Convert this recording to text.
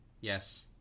yes